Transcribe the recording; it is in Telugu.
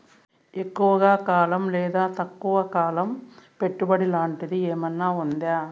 ఎక్కువగా కాలం లేదా తక్కువ కాలం పెట్టుబడి లాంటిది ఏమన్నా ఉందా